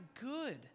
good